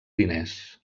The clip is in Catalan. diners